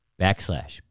backslash